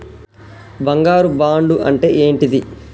బంగారు బాండు అంటే ఏంటిది?